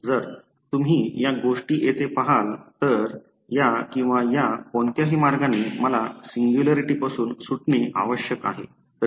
तर जर तुम्ही या गोष्टी येथे पहाल तर या किंवा या कोणत्याही मार्गाने मला सिंग्युलॅरिटी पासून सुटणे आवश्यक आहे